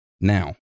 Now